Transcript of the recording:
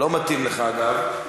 לא מתאים לך, אגב.